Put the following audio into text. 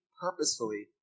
purposefully